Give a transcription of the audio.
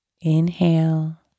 Inhale